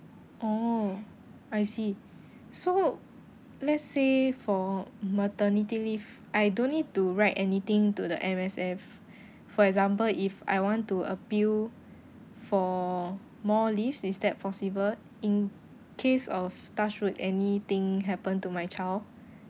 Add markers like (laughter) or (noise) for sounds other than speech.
oh I see so let's say for maternity leave I don't need to write anything to the M_S_F (breath) for example if I want to appeal for more leaves is that possible in case of touch wood anything happen to my child